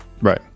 Right